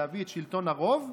להביא את שלטון הרוב,